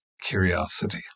curiosity